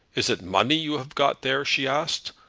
is it money you have got there? she asked.